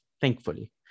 thankfully